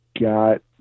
got